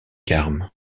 carmes